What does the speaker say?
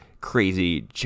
crazy